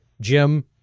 Jim